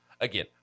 again